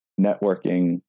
networking